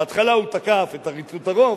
בהתחלה הוא תקף את עריצות הרוב,